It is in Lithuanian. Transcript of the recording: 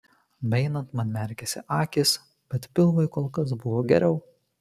beeinant man merkėsi akys bet pilvui kol kas buvo geriau